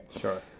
sure